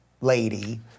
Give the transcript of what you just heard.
lady